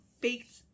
baked